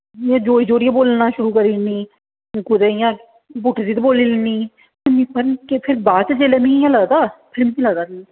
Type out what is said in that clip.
में जोरी जोरी बोलना शुरू करी ओड़नीं कुतै इ'यां पुट्ठ सिद्ध बोलना शुरू करी दिन्नीं पता निं जेल्लै बाद च मिगी इ'यां लगदा फिर मिगी इ'यां लगदा कि